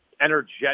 energetic